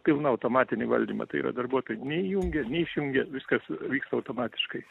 pilną automatinį valdymą tai yra darbuotojai nei įjungia nei išjungia viskas vyksta automatiškai